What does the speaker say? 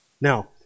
Now